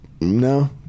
no